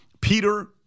Peter